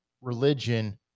religion